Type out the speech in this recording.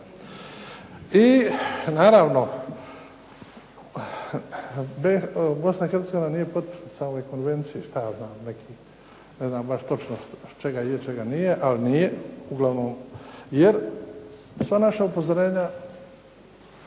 I naravno Bosna i Hercegovina nije potpisnica ove konvencije i šta ja znam nekih, ne znam baš točno čega je, čega nije ali nije, uglavnom jer sva naša upozorenja